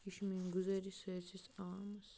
یہِ چھِ میٛٲنۍ گُزٲرِش سٲرۍسِس عوامَس